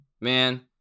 man